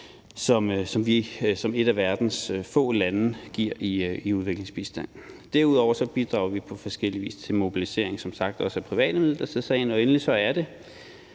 som et af verdens få lande giver i udviklingsbistand. Derudover bidrager vi som sagt på forskellig vis til mobilisering af også private midler til sagen. Og endelig er det